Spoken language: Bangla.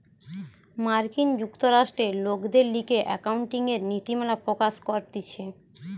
মার্কিন যুক্তরাষ্ট্রে লোকদের লিগে একাউন্টিংএর নীতিমালা প্রকাশ করতিছে